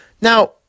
Now